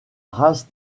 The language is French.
race